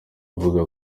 avuga